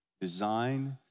design